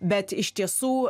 bet iš tiesų